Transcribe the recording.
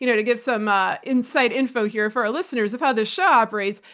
you know to give some ah insight info here for our listeners of how the show operates,